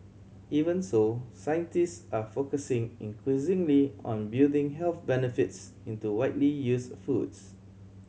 even so scientist are focusing increasingly on building health benefits into widely used foods